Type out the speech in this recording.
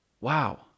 wow